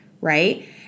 right